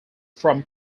from